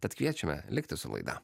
tad kviečiame likti su laida